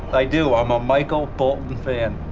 i do. i'm a michael bolton fan.